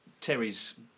Terry's